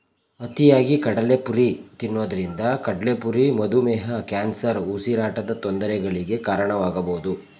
ಅತಿಯಾಗಿ ಕಡಲೆಪುರಿ ತಿನ್ನೋದ್ರಿಂದ ಕಡ್ಲೆಪುರಿ ಮಧುಮೇಹ, ಕ್ಯಾನ್ಸರ್, ಉಸಿರಾಟದ ತೊಂದರೆಗಳಿಗೆ ಕಾರಣವಾಗಬೋದು